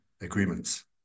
agreements